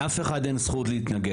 לאף אחד אין זכות להתנגד.